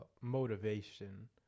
motivation